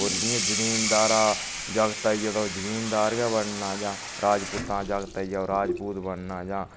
होर जियां जमीनदारा दा जागतै आई गेआ ते ओह् जमीनदार गै बनना जां राजपूतां दा जागत आई गेआ राजपूत गै बनना जां